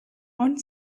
one